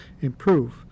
improve